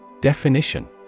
Definition